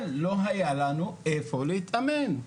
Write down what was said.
אבל לא היה לנו איפה להתאמן.